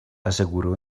aseguró